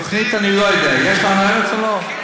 תוכנית אני לא יודע, יש לנו ארץ או לא?